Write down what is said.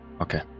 okay